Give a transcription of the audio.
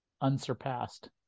unsurpassed